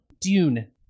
Dune